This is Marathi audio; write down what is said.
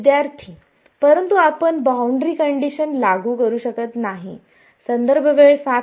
विद्यार्थी परंतु आपण बाउंड्री कंडिशन लागू करू शकत नाही संदर्भ वेळ 0705